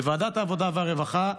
בוועדת העבודה והרווחה,